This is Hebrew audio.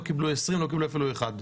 הם לא קיבלו 20 ולא קיבלו אפילו בדיקה אחת.